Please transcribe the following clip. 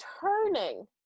turning